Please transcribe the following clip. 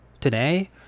today